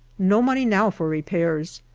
no money now for repairs.